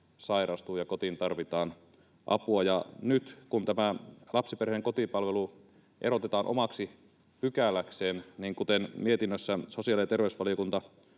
sairastuu ja kotiin tarvitaan apua, ja nyt kun tämä lapsiperheiden kotipalvelu erotetaan omaksi pykäläkseen, niin, kuten mietinnössä sosiaali- ja terveysvaliokunta